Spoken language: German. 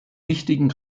wichtigen